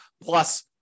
plus